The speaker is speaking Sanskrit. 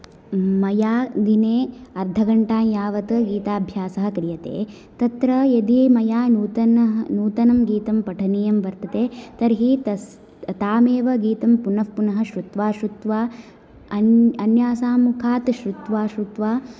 मया दिने अर्धघण्टां यावत् गीदाभ्यासः क्रियते तत्र यदि मया नूतनः नूतनं गीतं पठनीयं वर्तते तर्हि तस् तामेव गीतं पुनः पुनः श्रुत्वा श्रुत्वा अन् अन्यासां मुखात् श्रुत्वा श्रुत्वा